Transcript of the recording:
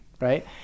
right